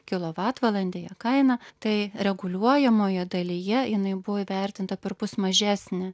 kilovatvalandėje kaina tai reguliuojamojoje dalyje jinai buvo įvertinta perpus mažesnė